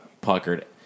puckered